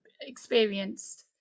experienced